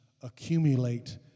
accumulate